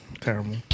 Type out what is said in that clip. Terrible